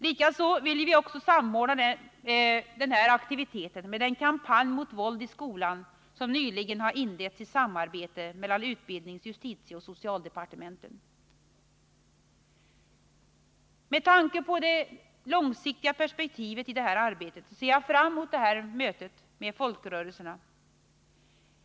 Likaså vill vi samordna denna aktivitet med den kampanj mot våld i skolan som nyligen inletts i samarbete mellan utbildnings-, justitie Med tanke på det mera långsiktiga perspektivet i det här arbetet ser jag fram mot mötet med folkrörelserna.